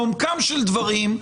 לעומקם של דברים,